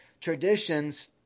traditions